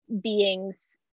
beings